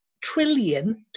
trillion